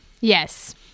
Yes